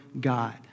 God